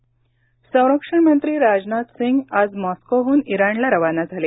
राजनाथ सिंग संरक्षण मंत्री राजनाथ सिंग आज मॉस्कोहून इराणला रवाना झाले